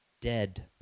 dead